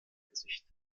hinsicht